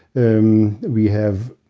um we have,